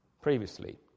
previously